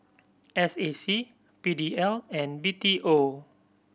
S A C P D L and B T O